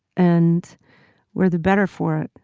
and we're the better for it.